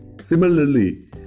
Similarly